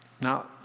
Now